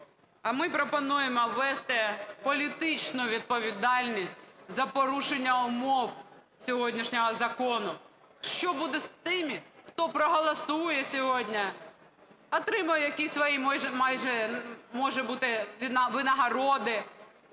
а ми пропонуємо ввести політичну відповідальність за порушення умов сьогоднішнього закону. Що буде з тими, хто проголосує сьогодні, отримає якісь свої, може бути, винагороди?